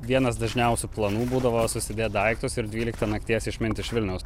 vienas dažniausių planų būdavo susidėt daiktus ir dvyliktą nakties išmint iš vilniaus